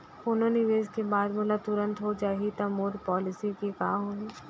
कोनो निवेश के बाद मोला तुरंत हो जाही ता मोर पॉलिसी के का होही?